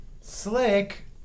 slick